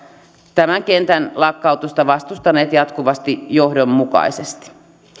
tämän kentän lakkautusta vastustaneet jatkuvasti johdonmukaisesti